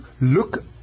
look